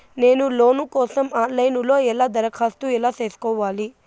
నేను లోను కోసం online లో ఎలా దరఖాస్తు ఎలా సేసుకోవాలి?